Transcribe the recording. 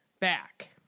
back